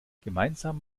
gemeinsam